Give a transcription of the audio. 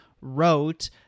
wrote